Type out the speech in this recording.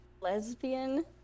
lesbian